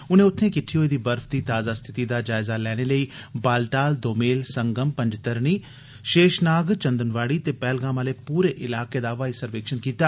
उनें उत्थे किट्ठी होई बर्फ दी ताजा स्थिति दा जायजा लैने लेई बालटाल दोमेल संगम पंजतरणी शेषनाग चदंनवाड़ी ते पैहलगाम आले पूरे इलाके दा हवाई सर्वेक्षण कीता